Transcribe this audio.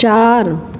चारि